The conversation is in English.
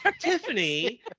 tiffany